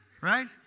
right